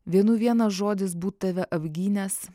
vienų vienas žodis būt tave apgynęs